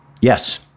Yes